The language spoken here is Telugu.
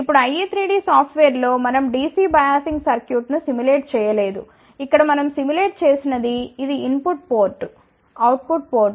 ఇప్పుడు IE3D సాఫ్ట్వేర్లో మనం DC బయాసింగ్ సర్క్యూట్ను సిములేట్ చేయలేదు ఇక్కడ మనం సిములేట్ చేసినది ఇది input port output port